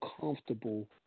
comfortable